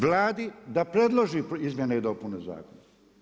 Vladi da preloži izmjene i dopune zakona.